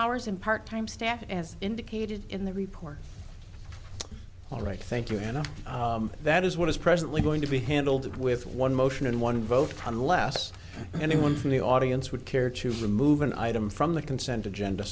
hours and part time staff as indicated in the report all right thank you and that is what is presently going to be handled with one motion and one vote unless anyone from the audience would care to remove an item from the consent agenda